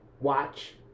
Watch